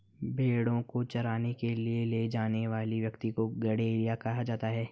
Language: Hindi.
भेंड़ों को चराने के लिए ले जाने वाले व्यक्ति को गड़ेरिया कहा जाता है